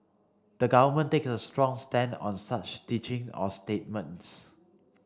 the Government takes a strong stand on such teaching or statements